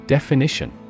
Definition